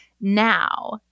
now